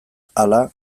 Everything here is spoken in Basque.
hala